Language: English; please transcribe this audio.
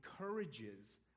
encourages